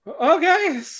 okay